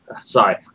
sorry